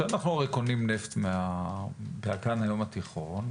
כשאנחנו קונים נפט מאגן הים התיכון,